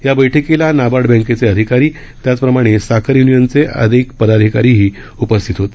या बैठकीला नाबार्ड बँकेचे अधिकारी त्याचप्रमाणे साखर य्नियनचे अनेक पदाधिकारीही उपस्थित होते